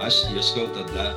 aš ieškau tada